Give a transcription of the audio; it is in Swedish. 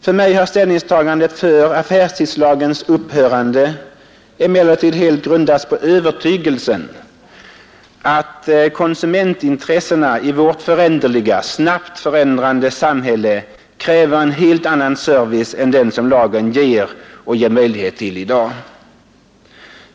För mig har ställningstagandet för affärstidslagens upphörande emellertid helt grundats på övertygelsen att konsumentintressena i vårt snabbt föränderliga samhälle kräver en helt annan service än den som lagen ger möjlighet till i dag.